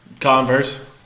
Converse